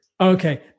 Okay